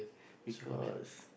because